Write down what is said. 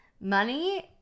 Money